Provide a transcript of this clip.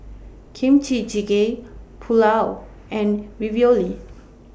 Kimchi Jjigae Pulao and Ravioli